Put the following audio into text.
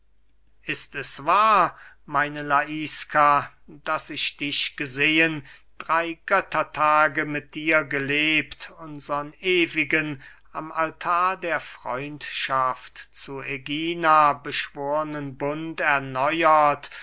ist es wahr meine laiska daß ich dich gesehen drey göttertage mit dir gelebt unsern ewigen am altar der freundschaft zu ägina beschwornen bund erneuert